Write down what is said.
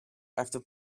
after